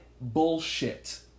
bullshit